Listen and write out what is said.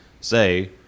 say